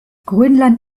grönland